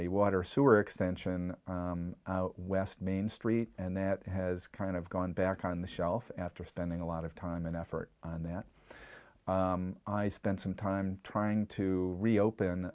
a water sewer extension west main street and that has kind of gone back on the shelf after spending a lot of time and effort that i spent some time trying to reopen